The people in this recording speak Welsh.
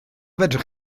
fedrwch